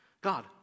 God